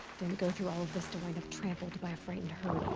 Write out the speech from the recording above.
didn't go through all this to wind up trampled by a frightened herd.